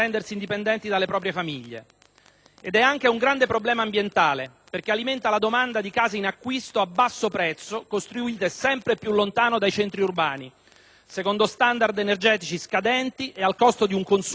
Ed è anche un grande problema ambientale, perché alimenta la domanda di case in acquisto a basso prezzo, costruite sempre più lontano dai centri urbani, secondo standard energetici scadenti e al costo di un consumo del tutto eccessivo di suolo.